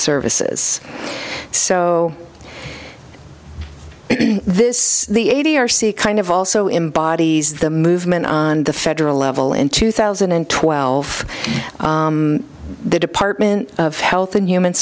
services so this is the eighty r c kind of also in bodies the movement on the federal level in two thousand and twelve the department of health and human